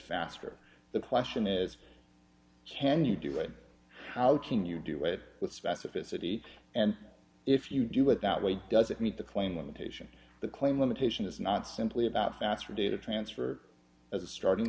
faster the question is can you do it how can you do it with specificity and if you do it that way doesn't meet the claim limitation the claim limitation is not simply about faster data transfer as a starting